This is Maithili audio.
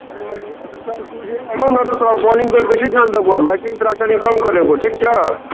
कनीमनी अत्तऽ सुरुहे नऽ नऽ बौआ बौलिङ्ग पर बेसी ध्यान दे बौआ बैटिङ्ग तोरासऽ कनी कम करेबौ ठीक छौ